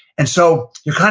and so you're